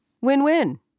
win-win